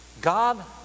God